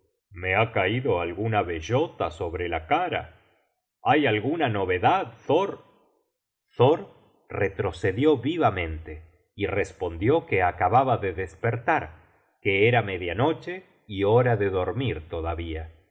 me ha caido alguna bellota sobre la cara hay alguna novedad thor thor retrocedió vivamente y respondió que acababa de despertar que era media noche y hora de dormir todavía